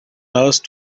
nurse